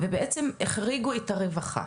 ובעצם החריגו את הרווחה.